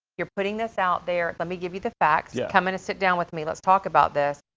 you're putting this out there. let me give you the facts. yeah. come in and sit down with me. let's talk about this.